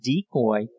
decoy